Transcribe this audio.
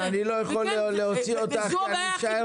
אני רוצה עוד